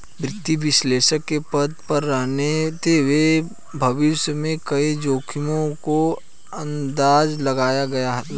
वित्तीय विश्लेषक के पद पर रहते हुए भविष्य में कई जोखिमो का अंदाज़ा लगाया है